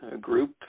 group